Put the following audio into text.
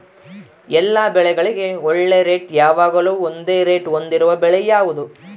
ಎಲ್ಲ ಬೆಳೆಗಳಿಗೆ ಒಳ್ಳೆ ರೇಟ್ ಯಾವಾಗ್ಲೂ ಒಂದೇ ರೇಟ್ ಹೊಂದಿರುವ ಬೆಳೆ ಯಾವುದು?